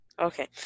Okay